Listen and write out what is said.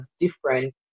different